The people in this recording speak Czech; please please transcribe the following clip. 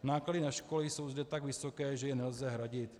Náklady na školy jsou zde tak vysoké, že je nelze hradit.